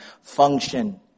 function